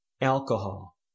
alcohol